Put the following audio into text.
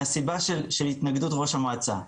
מהסיבה של התנגדות ראש המועצה.